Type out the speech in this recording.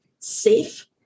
Safe